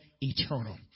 eternal